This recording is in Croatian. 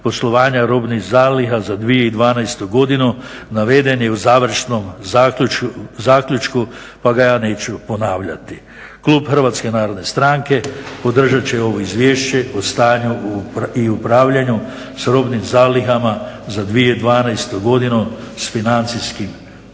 poslovanja robnih zaliha za 2012. godinu naveden je u završnom zaključku pa ga ja neću ponavljati. Klub HNS-a podržat će ovo Izvješće o stanju i upravljanju s robnim zalihama za 2012. godinu s financijskim pokazateljima.